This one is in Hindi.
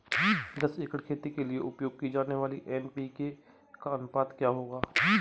दस एकड़ खेती के लिए उपयोग की जाने वाली एन.पी.के का अनुपात क्या होगा?